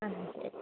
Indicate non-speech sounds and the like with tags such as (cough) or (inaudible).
ആ (unintelligible)